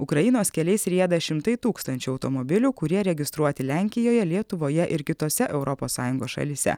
ukrainos keliais rieda šimtai tūkstančių automobilių kurie registruoti lenkijoje lietuvoje ir kitose europos sąjungos šalyse